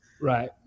Right